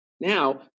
Now